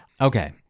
Okay